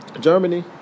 Germany